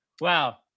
Wow